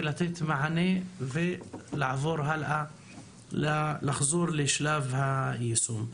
לתת מענה ולעבור הלאה לשלב היישום.